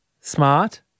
smart